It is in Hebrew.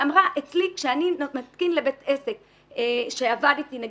שאמרה שאצלה כאשר היא מתקינה לבית עסק שעבד אתה עם